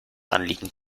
anliegen